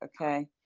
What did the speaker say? Okay